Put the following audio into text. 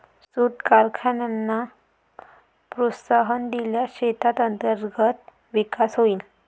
सूत कारखान्यांना प्रोत्साहन दिल्यास देशात अंतर्गत विकास होईल